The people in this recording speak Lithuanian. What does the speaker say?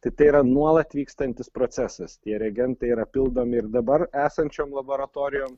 tai tai yra nuolat vykstantis procesas tie reagentai yra pildomi ir dabar esančiom laboratorijom